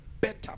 better